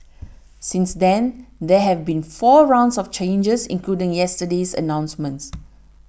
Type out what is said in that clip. since then there have been four rounds of changes including yesterday's announcements